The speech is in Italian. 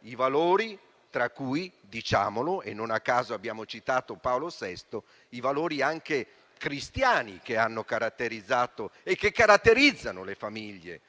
i valori tra cui - non a caso abbiamo citato Paolo VI - anche quelli cristiani, che hanno caratterizzato e caratterizzano le famiglie;